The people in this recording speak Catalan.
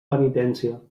penitència